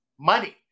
money